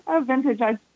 vintage